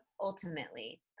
ultimately